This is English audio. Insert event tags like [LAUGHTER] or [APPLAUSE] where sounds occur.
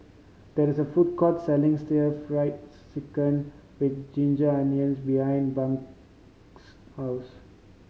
there is a food court selling still Fried Chicken with ginger onions behind [UNINTELLIGIBLE] house